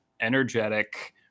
energetic